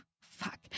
Fuck